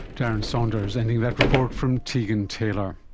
darren saunders, ending that report from tegan taylor